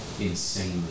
insanely –